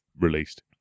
released